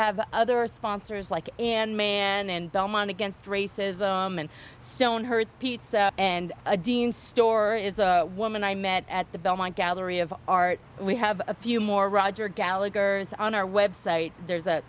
have other sponsors like in man and zone on against racism and so on her piece and a dean store is a woman i met at the belmont gallery of art we have a few more roger gallagher on our website there's a